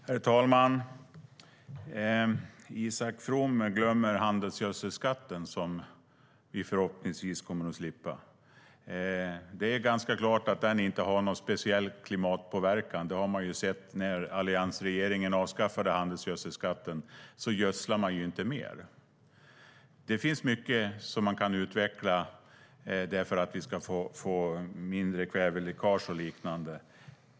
Herr talman! Isak From glömmer handelsgödselskatten, som vi förhoppningsvis kommer att slippa. Det är ganska klart att den inte har någon speciell klimatpåverkan. När alliansregeringen hade avskaffat handelsgödselskatten såg vi att man inte gödslade mer. Det finns mycket som man kan utveckla för att vi ska få mindre kväveläckage och liknande.